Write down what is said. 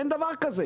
אין דבר כזה בעולם.